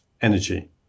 Energy